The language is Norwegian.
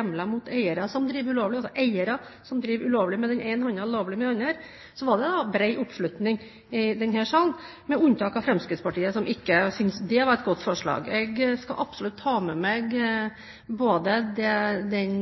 mot eiere som driver ulovlig med den ene hånden og lovlig med den andre, var det da bred oppslutning i denne salen med unntak av Fremskrittspartiet, som ikke syntes det var et godt forslag. Jeg skal absolutt ta med meg dette og vil